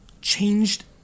changed